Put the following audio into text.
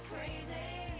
Crazy